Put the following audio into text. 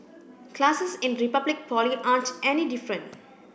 classes in Republic Poly aren't any different